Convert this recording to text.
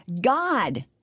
God